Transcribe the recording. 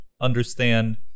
understand